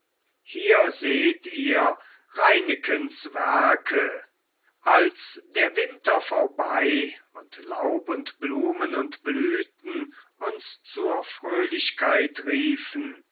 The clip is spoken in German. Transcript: hier seht ihr reinekens werke als der winter vorbei und laub und blumen und blüten uns zur fröhlichkeit riefen